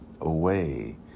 away